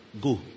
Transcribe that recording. Go